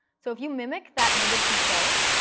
so if you mimic that native control,